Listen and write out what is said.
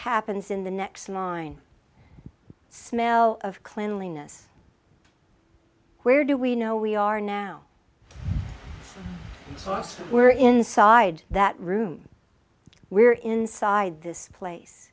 happens in the next mine smell of cleanliness where do we know we are now we're inside that room we're inside this place